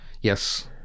Yes